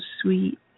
sweet